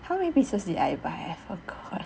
how many pieces did I buy I forgot